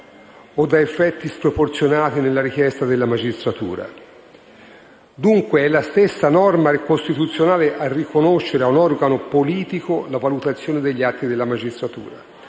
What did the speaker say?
o da effetti sproporzionati nella richiesta della magistratura. Dunque è la stessa norma costituzionale a riconoscere all'organo politico la valutazione degli atti della magistratura,